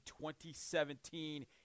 2017